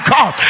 God